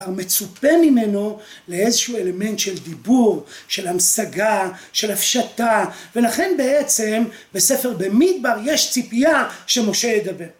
המצופה ממנו לאיזשהו אלמנט של דיבור, של המשגה, של הפשטה, ולכן בעצם בספר במדבר יש ציפייה שמשה ידבר.